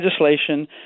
legislation